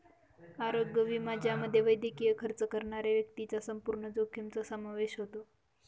आरोग्य विमा ज्यामध्ये वैद्यकीय खर्च करणाऱ्या व्यक्तीच्या संपूर्ण जोखमीचा समावेश होतो